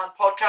podcast